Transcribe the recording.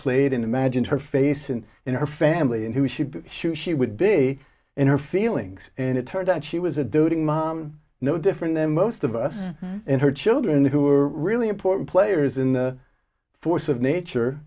played in imagine her face and in her family and who should be sure she would be in her feelings and it turned out she was a doting mom no different than most of us and her children who were really important players in the force of